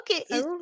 okay